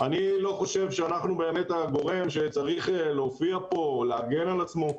אני לא חושב שאנחנו באמת הגורם שצריך להופיע פה או להגן על עצמו.